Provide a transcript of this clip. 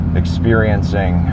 experiencing